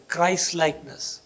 Christ-likeness